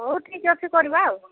ହଉ ଠିକ୍ ଅଛି କରିବା ଆଉ